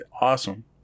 awesome